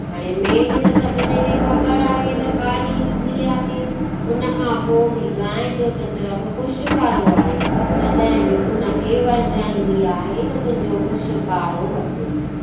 हाणे मेंहिं त सभिनी खे ख़बर आहे त कारी हूंदी आहे उन खां पोइ बि गांइ जो त सिर्फ़ु पुछु कारो आहे तॾहिं बि उनखे वरजाईंदी आहे त तुंहिंजो पुछु कारो अथई